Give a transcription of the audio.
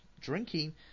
drinking